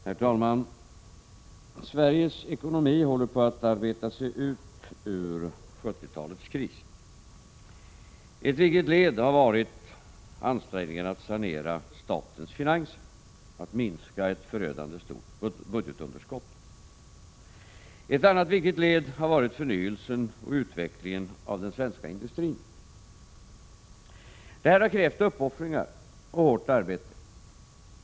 Herr talman! Sveriges ekonomi håller på att arbeta sig ut ur 1970-talets kris. Ett viktigt led har varit ansträngningarna att sanera statens finanser, att minska ett förödande stort budgetunderskott. Ett annat viktigt led har varit 59 förnyelsen och utvecklingen av den svenska industrin. Detta har krävt uppoffringar och hårt arbete.